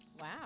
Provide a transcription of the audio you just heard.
Wow